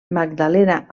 magdalena